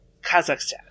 kazakhstan